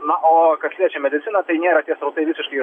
na o kas liečia mediciną tai nėra tie srautai visiškai